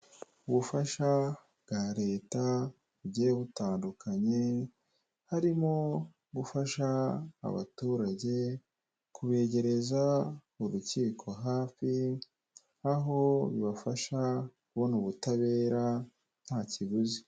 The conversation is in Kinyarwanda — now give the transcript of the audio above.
Ubufasha bwa leta bugiye butandukanye harimo gufasha abaturage kubegereza urukiko hafi aho bibafasha kubona ubutabera nta kiguzi.